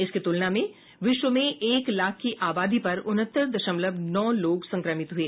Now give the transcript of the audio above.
इसकी तुलना में विश्व में एक लाख की आबादी पर उनहत्तर दशमलव नौ लोग संक्रमित हुए